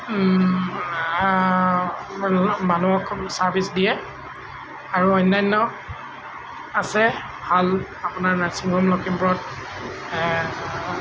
মানুহক ছাৰ্ভিচ দিয়ে আৰু অন্যান্য আছে ভাল আপোনাৰ নাৰ্ছিং হোম লখিমপুৰত